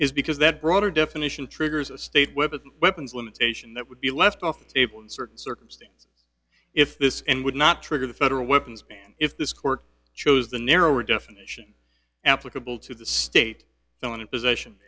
is because that broader definition triggers a state with weapons limitation that would be left off the table in certain circumstances if this in would not trigger the federal weapons ban if this court chose the narrower definition applicable to the state now in a position